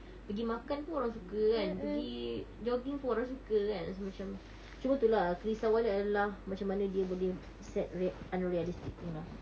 pergi makan pun orang suka kan pergi jogging pun orang suka kan so macam cuma tu lah kerisauan dia adalah macam dia boleh set rea~ unrealistic thing ah